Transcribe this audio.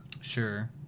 Sure